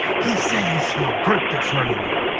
he said, it's your grip that's hurting you,